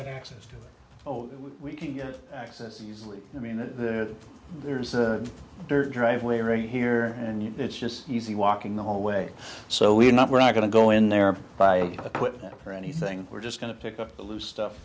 have access to old we can get access easily i mean there's there's a dirt driveway right here and it's just easy walking the whole way so we're not we're not going to go in there by a put up or anything we're just going to pick up the loose stuff